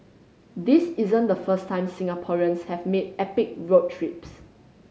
this isn't the first time Singaporeans have made epic road trips